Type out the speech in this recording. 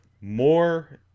more